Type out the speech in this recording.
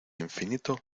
infinito